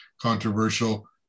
controversial